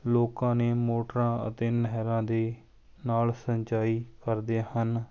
ਲੋਕਾਂ ਨੇ ਮੋਟਰਾਂ ਅਤੇ ਨਹਿਰਾਂ ਦੇ ਨਾਲ਼ ਸਿੰਚਾਈ ਕਰਦੇ ਹਨ